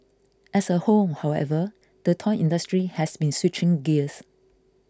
as a whole however the toy industry has been switching gears